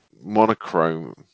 monochrome